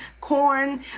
corn